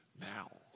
now